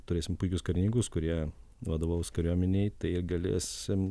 turėsim puikius karininkus kurie vadovaus kariuomenei tai galėsim